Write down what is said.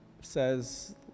says